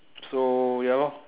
so ya lor